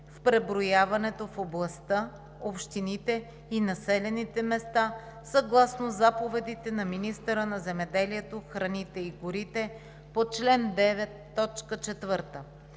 в преброяването в областта, общините и населените места съгласно заповедите на министъра на земеделието, храните и горите по чл. 9,